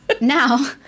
Now